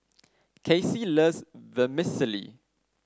Kasey loves Vermicelli